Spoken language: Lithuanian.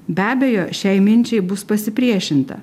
be abejo šiai minčiai bus pasipriešinta